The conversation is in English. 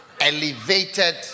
Elevated